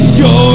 go